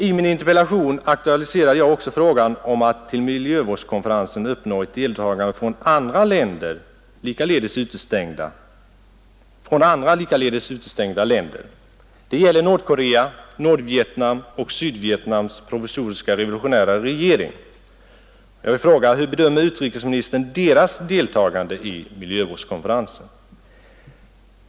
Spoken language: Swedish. I min interpellation aktualiserade jag också frågan om att till miljövårdskonferensen uppnå ett deltagande från andra likaledes utestängda länder. Det gäller Nordkorea, Nordvietnam och Sydvietnams provisoriska revolutionära regering. Jag vill fråga: Hur bedömer utrikesministern deras deltagande i miljövårdskonferensen?